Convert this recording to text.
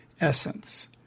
essence